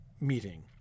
meeting